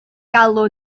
galw